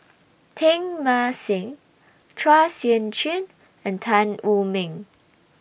Teng Mah Seng Chua Sian Chin and Tan Wu Meng